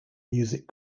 music